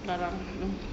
garang mmhmm